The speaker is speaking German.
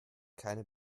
keine